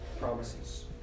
promises